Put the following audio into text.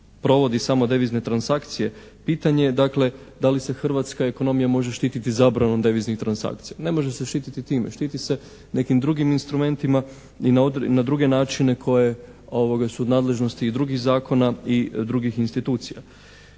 provodi samo devizne transakcije pitanje dakle da li se hrvatska ekonomija može štititi zabranom deviznih transakcija. Ne može se štititi time, štiti se nekim drugim instrumentima i na druge načine koje su nadležnosti drugih zakona i drugih institucija.